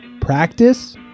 Practice